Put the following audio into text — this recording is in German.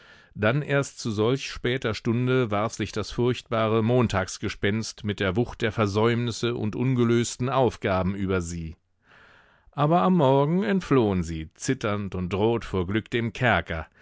dann erst zu solch später stunde warf sich das furchtbare montagsgespenst mit der wucht der versäumnisse und ungelösten aufgaben über sie aber am morgen entflohen sie zitternd und rot vor glück dem kerker